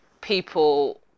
people